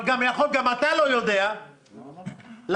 אבל גם אתה לא יודע על קורונה,